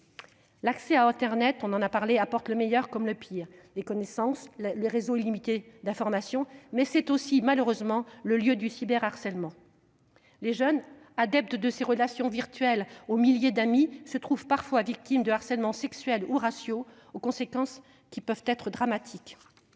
L'accès à internet apporte le meilleur- des connaissances, un réseau illimité d'informations -, comme le pire, car c'est aussi, malheureusement, le lieu du cyberharcèlement. Les jeunes, adeptes de ces relations virtuelles aux milliers d'« amis » se trouvent parfois victimes de harcèlements sexuels ou raciaux aux conséquences qui peuvent être dramatiques.